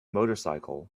motorcycle